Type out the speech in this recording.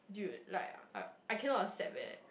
dude like I~ I cannot accept eh